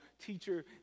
teacher